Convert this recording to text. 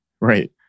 right